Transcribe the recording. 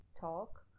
talk